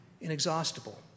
inexhaustible